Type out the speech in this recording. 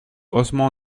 osman